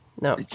No